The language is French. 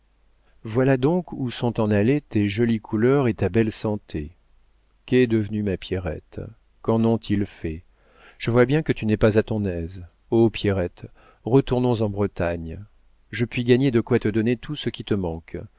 voilà donc où sont en allées tes jolies couleurs et ta belle santé qu'est devenue ma pierrette qu'en ont-ils fait je vois bien que tu n'es pas à ton aise oh pierrette retournons en bretagne je puis gagner de quoi te donner tout ce qui te manque